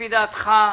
לפי דעתך,